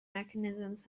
mechanisms